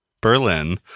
Berlin